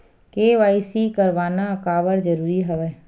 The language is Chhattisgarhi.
के.वाई.सी करवाना काबर जरूरी हवय?